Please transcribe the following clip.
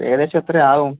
ഏകദേശം എത്ര ആകും